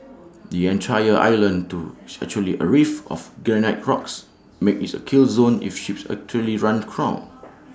the entire island do is actually A reef of granite rocks making IT A kill zone if ships actually run aground